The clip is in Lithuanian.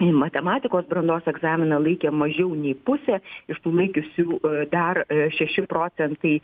matematikos brandos egzaminą laikė mažiau nei pusė iš tų laikiusiųjų dar šeši procentai